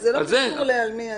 הוא אבא של חברה טובה.